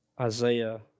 Isaiah